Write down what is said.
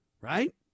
Right